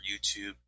youtube